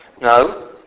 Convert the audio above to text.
No